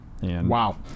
Wow